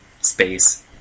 space